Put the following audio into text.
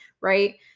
right